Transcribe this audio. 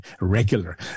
Regular